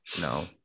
no